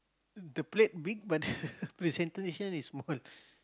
the plate big but the presentation is small